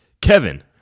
Kevin